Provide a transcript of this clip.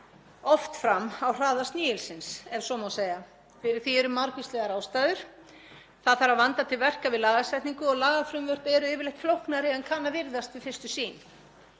oft fram á hraða snigilsins, ef svo má segja. Fyrir því eru margvíslegar ástæður. Það þarf að vanda til verka við lagasetningu og lagafrumvörp eru yfirleitt flóknari en kann að virðast við fyrstu sýn.